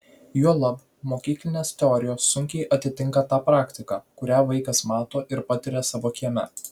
juolab mokyklinės teorijos sunkiai atitinka tą praktiką kurią vaikas mato ir patiria savo kieme